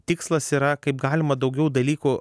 tikslas yra kaip galima daugiau dalykų